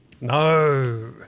No